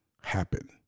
happen